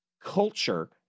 culture